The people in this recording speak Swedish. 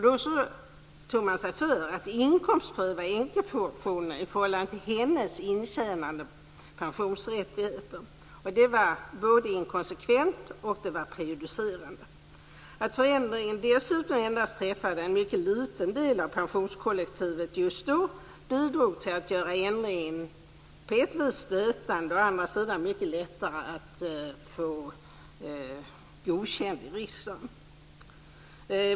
Då tog man sig före att inkomstpröva änkepensionen i förhållande till makans intjänade pensionsrättigheter. Det var både inkonsekvent och prejudicerande. Att förändringen dessutom träffade endast en mycket liten del av pensionskollektivet bidrog till att göra ändringen på ett vis stötande. På ett annat vis blev det mycket lättare att få förslaget godkänt i riksdagen.